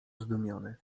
zdumiony